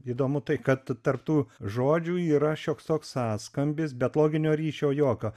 įdomu tai kad tarp tų žodžių yra šioks toks sąskambis bet loginio ryšio jokio